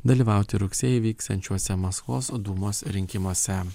dalyvauti rugsėjį vyksiančiuose maskvos dūmos rinkimuose